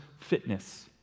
fitness